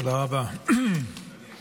תודה רבה, אדוני היושב-ראש.